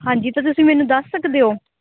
ਹਾਂਜੀ ਤਾਂ ਤੁਸੀਂ ਮੈਨੂੰ ਦੱਸ ਸਕਦੇ ਹੋ